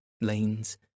lanes